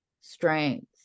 strength